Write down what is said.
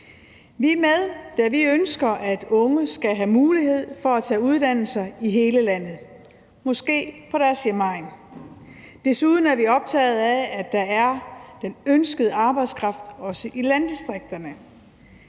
i aftalen, da vi ønsker, at unge skal have mulighed for at tage en uddannelse i hele landet, måske på deres hjemegn. Vi er desuden optagede af, at der er den ønskede arbejdskraft også i landdistrikterne.